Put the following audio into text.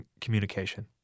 communication